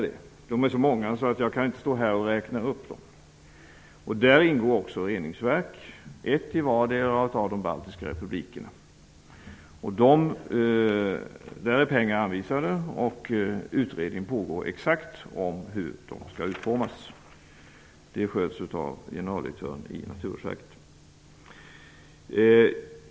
Det är så många att jag inte här kan räkna upp dem. Däri ingår också reningsverk, ett till vardera av de baltiska republikerna. Där är pengar anvisade, och en utredning pågår om hur de exakt skall utformas. Det sköts av generaldirektören i Naturvårdsverket.